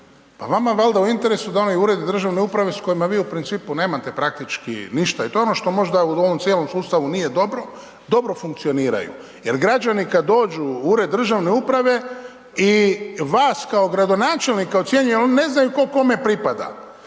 pa vama je valjda u interesu da onaj ured državne uprave s kojima vi u principu nemate praktički ništa i to je ono što možda u ovom cijelom sustavu nije dobro, dobro funkcioniraju jer građani kad dođu u ured državne uprave i vas kao gradonačelnika ocjenjuje ali oni ne znaju tko kome pripada